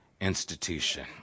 institution